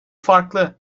farklı